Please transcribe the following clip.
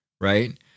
right